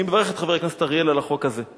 אני מברך את חבר הכנסת אורי אריאל על החוק הזה,